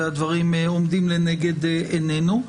והדברים עומדים לנגד עינינו.